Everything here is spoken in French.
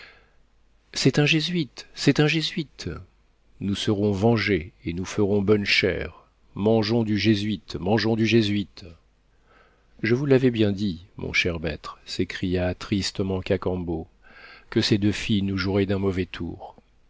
c'est un jésuite c'est un jésuite nous serons vengés et nous ferons bonne chère mangeons du jésuite mangeons du jésuite je vous l'avais bien dit mon cher maître s'écria tristement cacambo que ces deux filles nous joueraient d'un mauvais tour